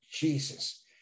Jesus